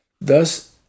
thus